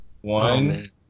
one